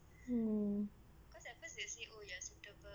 mm